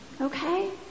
okay